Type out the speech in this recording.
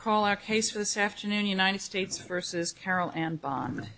call our case for this afternoon united states versus carol an